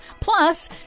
Plus